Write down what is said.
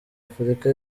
afurika